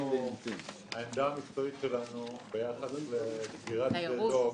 העמדה המקצועית שלנו ביחס לסגירת שדה דב.